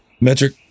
Metric